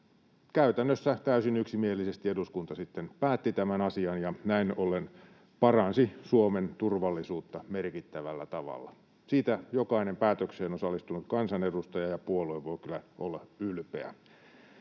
käytännössä täysin yksimielisesti eduskunta sitten päätti tämän asian ja näin ollen paransi Suomen turvallisuutta merkittävällä tavalla. Siitä jokainen päätökseen osallistunut kansanedustaja ja puolue voi kyllä olla ylpeä.